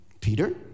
Peter